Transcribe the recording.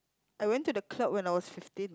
I went to the club when I was fifteen